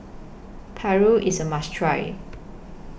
Paru IS A must Try